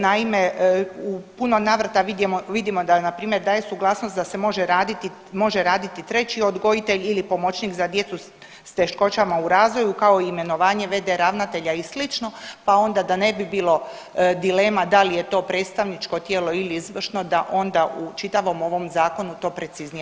Naime, puno navrata vidimo da je npr. daje suglasnost da se može raditi treći odgojitelj ili pomoćnik za djecu s teškoćama u razvoju, kao i imenovanje v.d. ravnatelja i sl. pa onda da ne bi bilo dilema da li je to predstavničko tijelo ili izvršno, da onda u čitavom ovom Zakonu to preciznije